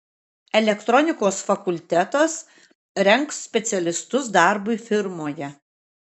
elektronikos fakultetas rengs specialistus darbui firmoje